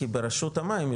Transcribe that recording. כי ברשות המים,